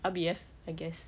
R_B_F I guess